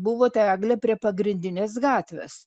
buvo ta eglė prie pagrindinės gatvės